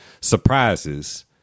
surprises